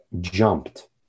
jumped